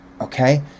Okay